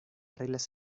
reglas